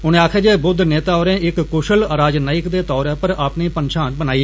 उने आक्खेआ जे बुद्ध नेता होरें इक कुश्ल राजनयिक दे तौरा पर अपनी पंछान बनाई